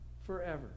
forever